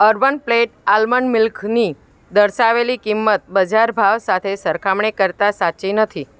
urban Platter almond મિલ્કની દર્શાવેલી કિંમત બજાર ભાવ સાથે સરખામણી કરતાં સાચી નથી